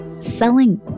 Selling